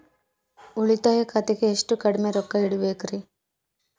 ಉಳಿತಾಯ ಖಾತೆಗೆ ಎಷ್ಟು ಕಡಿಮೆ ರೊಕ್ಕ ಇಡಬೇಕರಿ?